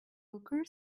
brooker